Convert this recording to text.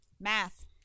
Math